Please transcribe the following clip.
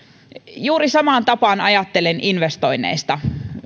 juuri samaan tapaan ajattelen investoinneista